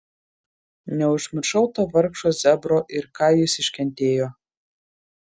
neužmiršau to vargšo zebro ir ką jis iškentėjo